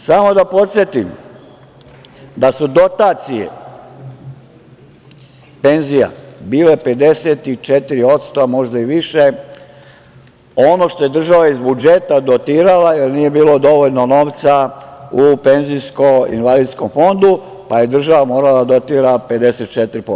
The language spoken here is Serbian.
Samo da podsetim da su dotacije penzija bile 54%, a možda i više, ono što je država iz budžeta dotirala, jer nije bilo dovoljno novca u PIO fondu, pa je država morala da dotira 54%